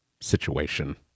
situation